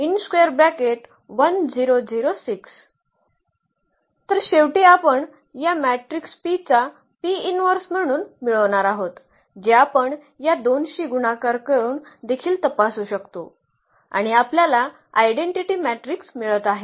तर शेवटी आपण या मॅट्रिक्स P चा म्हणून मिळणार आहोत जे आपण या दोनशी गुणाकार करून देखील तपासू शकतो आणि आपल्याला आयडेंटिटी मॅट्रिक्स मिळत आहे